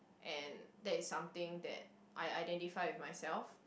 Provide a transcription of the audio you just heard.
and that is something that I identify with myself